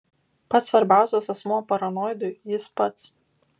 pats svarbiausias asmuo paranoidui jis pats